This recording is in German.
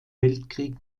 weltkrieg